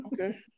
Okay